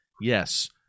yes